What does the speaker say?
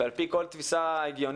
על פי כל תפיסה הגיונית,